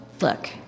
Look